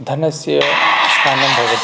धनस्य स्थानं भवति